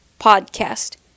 podcast